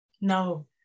No